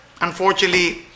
unfortunately